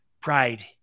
pride